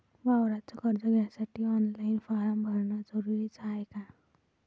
वावराच कर्ज घ्यासाठी ऑनलाईन फारम भरन जरुरीच हाय का?